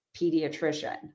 pediatrician